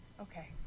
Okay